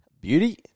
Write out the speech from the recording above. Beauty